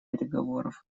переговоров